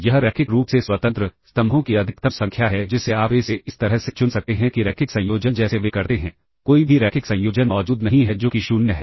यह रैखिक रूप से स्वतंत्र स्तंभों की अधिकतम संख्या है जिसे आप ए से इस तरह से चुन सकते हैं कि रैखिक संयोजन जैसे वे करते हैं कोई भी रैखिक संयोजन मौजूद नहीं है जो कि 0 है